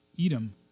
Edom